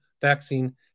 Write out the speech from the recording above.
vaccine